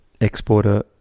exporter